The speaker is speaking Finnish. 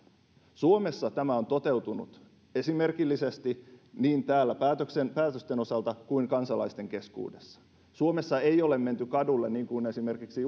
suomessa tämä on toteutunut esimerkillisesti niin täällä päätösten osalta kuin kansalaisten keskuudessa suomessa ei ole menty kadulle niin kuin esimerkiksi